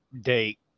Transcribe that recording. date